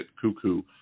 cuckoo